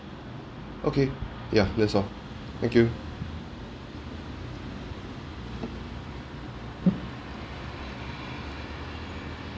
okay ya that's all thank you